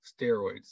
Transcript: steroids